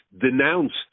denounced